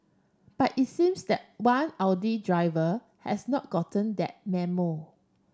but it seems that one Audi driver has not gotten that memo